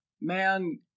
man